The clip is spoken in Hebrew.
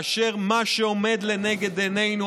כאשר מה שעומד לנגד עינינו,